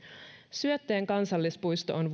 syötteen kansallispuisto on